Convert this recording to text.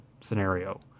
scenario